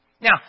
Now